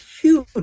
huge